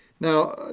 Now